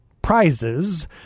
Prizes